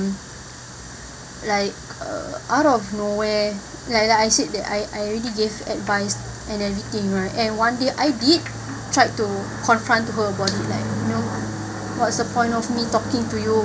like uh out of nowhere like I said that I I already gave advice and everything right and one day I did tried to confront her about it like you know what's the point of me talking to you